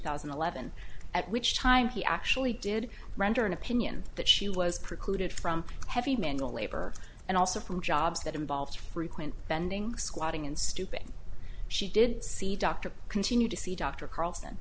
thousand and eleven at which time he actually did render an opinion that she was precluded from heavy manual labor and also from jobs that involved frequent bending squatting and stooping she did see a doctor continue to see dr carlson